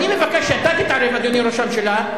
אני מחכה שאתה תתערב, אדוני ראש הממשלה.